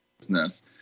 business